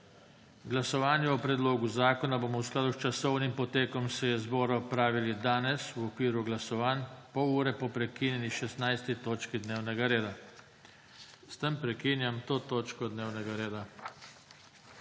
Glasovanje o predlogu zakona bomo v skladu s časovnim potekom seje zbora opravili danes v okviru glasovanj, pol ure po prekinjeni 16. točki dnevnega reda. S tem prekinjam to točko dnevnega reda.